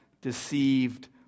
deceived